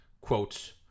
quotes